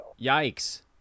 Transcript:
Yikes